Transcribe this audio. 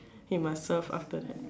you must serve after that